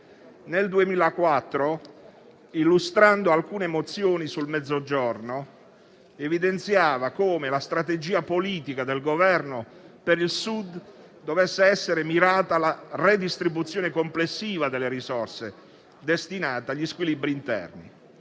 Nel 2004, illustrando alcune mozioni sul Mezzogiorno, evidenziava come la strategia politica del Governo per il Sud dovesse essere mirata alla redistribuzione complessiva delle risorse destinate agli squilibri interni,